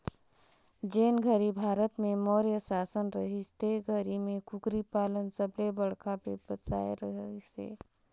जेन घरी भारत में मौर्य सासन रहिस ते घरी में कुकरी पालन सबले बड़खा बेवसाय रहिस हे